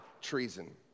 treason